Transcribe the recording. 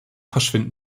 verschwinden